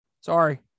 Sorry